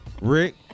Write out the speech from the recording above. Rick